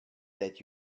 that